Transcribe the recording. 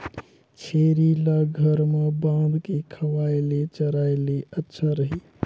छेरी ल घर म बांध के खवाय ले चराय ले अच्छा रही?